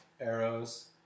Arrows